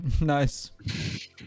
Nice